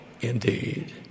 indeed